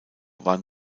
war